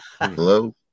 Hello